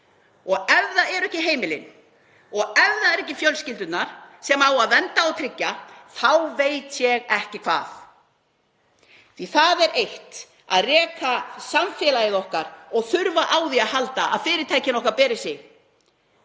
Ef það eru ekki heimilin og ekki fjölskyldurnar sem á að vernda og tryggja þá veit ég ekki hvað, því að það er eitt að reka samfélagið okkar og þurfa á því að halda að fyrirtækin okkar beri sig